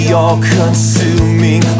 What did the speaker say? all-consuming